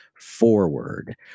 forward